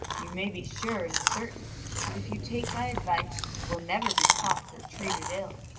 you may be sure and certain that if you take my advice you will never be caught or treated ill.